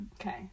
Okay